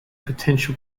potential